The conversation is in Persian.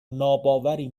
ناباوری